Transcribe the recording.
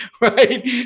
right